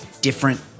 different